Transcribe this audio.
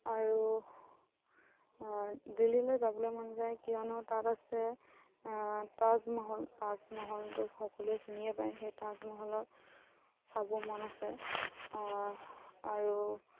আৰু দিল্লীলৈ যাবলৈ মন যায় কিয়নো তাত আছে তাজমহল তাজমহলটো সকলোৱে চিনিয়ে পায় সেই তাজমহলত চাব মন আছে আৰু